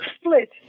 split